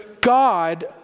God